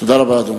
תודה רבה, אדוני.